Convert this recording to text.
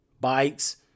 bikes